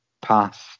past